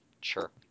Sure